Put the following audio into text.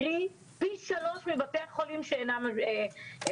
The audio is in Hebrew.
קרי: פי שלושה מבתי חולים שאינם ממשלתיים.